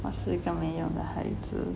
我是一个没用的孩子